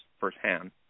firsthand